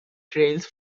trails